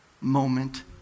moment